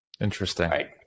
Interesting